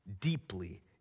deeply